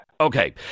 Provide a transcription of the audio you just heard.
Okay